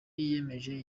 yiyemeje